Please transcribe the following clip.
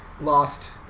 Lost